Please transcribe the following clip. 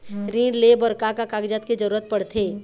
ऋण ले बर का का कागजात के जरूरत पड़थे?